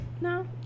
No